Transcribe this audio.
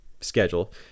schedule